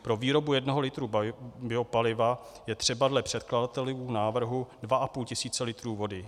Pro výrobu jednoho litru biopaliva je třeba dle předkladatelů návrhu dva a půl tisíce litrů vody.